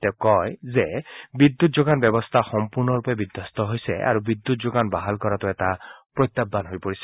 তেওঁ কয় যে বিদ্যুৎ যোগান ব্যৱস্থা সম্পূৰ্ণৰূপে বিধবস্ত হৈছে আৰু বিদ্যুৎ যোগান বাহাল কৰাটো এটা প্ৰত্যাহান হৈ পৰিছে